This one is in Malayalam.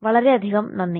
വളരെയധികം നന്ദി